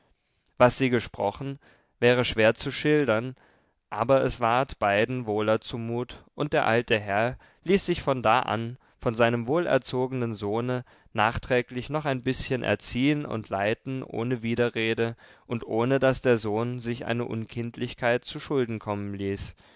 was sie gesprochen wäre schwer zu schildern aber es ward beiden wohler zumut und der alte herr ließ sich von da an von seinem wohlerzogenen sohne nachträglich noch ein bißchen erziehen und leiten ohne widerrede und ohne daß der sohn sich eine unkindlichkeit zuschulden kommen ließ